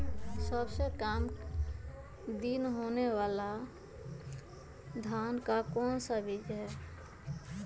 सबसे काम दिन होने वाला धान का कौन सा बीज हैँ?